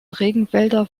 regenwälder